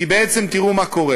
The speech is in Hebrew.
כי, בעצם, תראו מה קורה: